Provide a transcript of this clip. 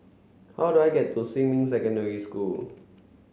how do I get to Xinmin Secondary School